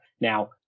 Now